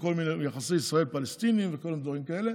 יחסי ישראל פלסטינים וכל מיני דברים כאלה,